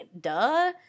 duh